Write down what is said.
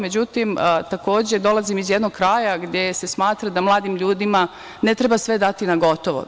Međutim, dolazim iz jednog kraja gde se smatra da mladim ljudima ne treba sve dati na gotovo.